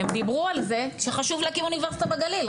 הם דיברו על זה שחשוב להקים אוניברסיטה בגליל,